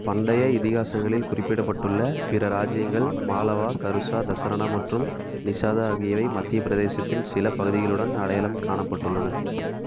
பண்டைய இதிகாசங்களில் குறிப்பிடப்பட்டுள்ள பிற ராஜ்ஜியங்கள் மாளவா கருஷா தசரணா மற்றும் நிஷாதா ஆகியவை மத்தியப் பிரதேசத்தின் சில பகுதிகளுடன் அடையாளம் காணப்பட்டுள்ளன